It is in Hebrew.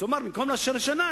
אז הוא אמר: במקום לאשר לשנה,